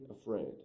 afraid